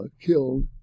killed